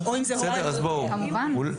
כמובן.